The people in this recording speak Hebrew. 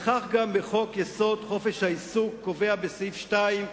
וכך גם בחוק-יסוד: חופש העיסוק, שקובע בסעיף 2: